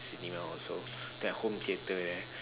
cinema also that home theater eh